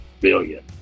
billion